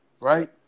Right